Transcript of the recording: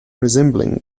resembling